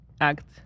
act